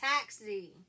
taxi